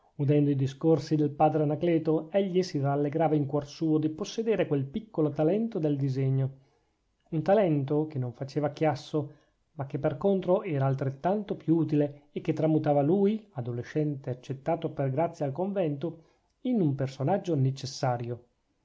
udendo i discorsi del padre anacleto egli si rallegrava in cuor suo di possedere quel piccolo talento del disegno un talento che non faceva chiasso ma che per contro era altrettanto più utile e che tramutava lui adolescente accettato per grazia al convento in un personaggio necessario